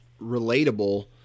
relatable